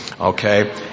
Okay